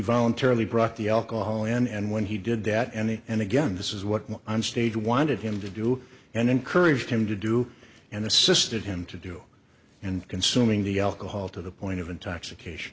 voluntarily brought the alcohol in and when he did that any and again this is what was on stage wanted him to do and encouraged him to do and assisted him to do and consuming the alcohol to the point of intoxication